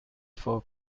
پاک